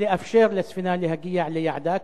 לאפשר לספינה להגיע ליעדה,